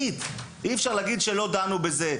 אי אפשר להגיד שלא דנו בזה.